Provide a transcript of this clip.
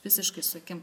visiškai su akim